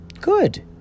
Good